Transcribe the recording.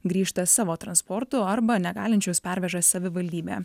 grįžta savo transportu arba negalinčius perveža savivaldybė